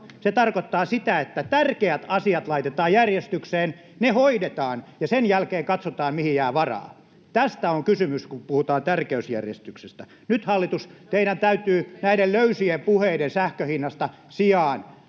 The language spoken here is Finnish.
Se tarkoittaa sitä, että tärkeät asiat laitetaan järjestykseen, ne hoidetaan ja sen jälkeen katsotaan, mihin jää varaa. Tästä on kysymys, kun puhutaan tärkeysjärjestyksestä. Nyt hallitus, teidän täytyy — näiden löysien puheiden sähkönhinnasta sijaan